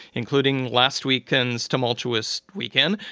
including last weekend's tumultuous weekend,